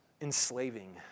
enslaving